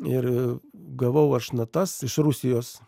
ir gavau aš natas iš rusijos